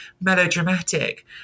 melodramatic